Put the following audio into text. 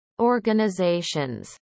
organizations